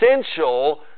essential